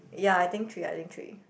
ya I think three I think three